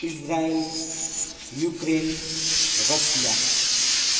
Israel Ukraine Russia